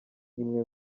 imwe